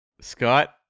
scott